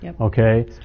Okay